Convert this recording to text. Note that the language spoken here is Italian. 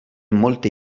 molte